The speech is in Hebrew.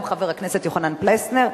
גם חבר הכנסת יוחנן פלסנר.